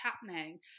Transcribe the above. happening